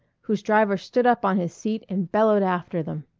whose driver stood up on his seat and bellowed after them.